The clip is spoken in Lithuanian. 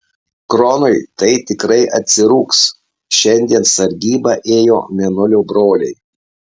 kronui tai tikrai atsirūgs šiandien sargybą ėjo mėnulio broliai